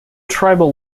tribal